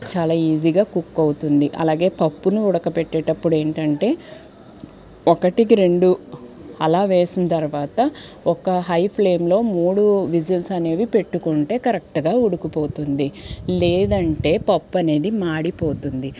చాలా ఈజీగా కుక్ అవుతుంది అలాగే పప్పులు ఉడక పెట్టేటప్పుడు ఏంటంటే ఒకటికి రెండు అలా వేసిన తర్వాత ఒక హై ఫ్లేమ్లో మూడు విజిల్స్ అనేవి పెట్టుకుంటే కరెక్ట్గా ఉడుకి పోతుంది లేదంటే పప్పు అనేది మాడిపోతుంది